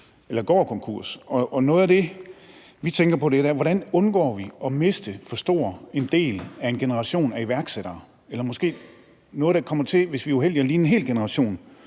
eller går konkurs. Noget af det, vi tænker på, er, hvordan vi undgår at miste for stor en del af en generation af iværksættere eller måske, hvis vi er uheldige, noget, der kommer til at ligne en hel generation